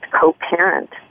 co-parent